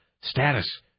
Status